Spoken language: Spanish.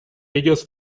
ellos